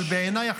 אבל בעיניי,